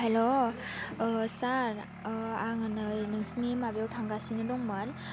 हेल' सार आङो नै नोंसिनि माबायाव थांगासिनो दंमोन